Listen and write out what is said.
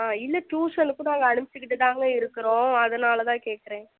ஆ இல்லை டியூசனுக்கும் நாங்கள் அனுபிச்சுக்கிட்டுத்தான் இருக்கிறோம் அதனால தான் கேட்குறேன்